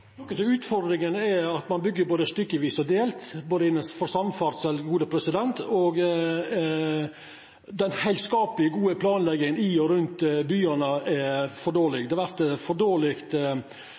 Noko av utfordringa er at ein byggjer både stykkevis og delt innanfor samferdsel, og at den heilskaplege og gode planlegginga i og rundt byane er for